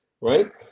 right